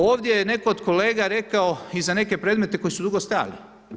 Ovdje je netko od kolega rekao i za neke predmete koji su dugo stajali.